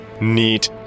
neat